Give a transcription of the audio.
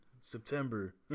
September